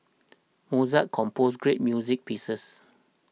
Mozart composed great music pieces